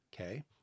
okay